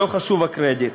ולא חשוב הקרדיט.